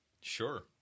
Sure